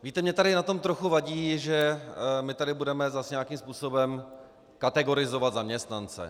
Víte mně tady na tom trochu vadí, že tady budeme zase nějakým způsobem kategorizovat zaměstnance.